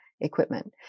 equipment